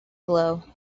blow